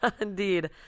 Indeed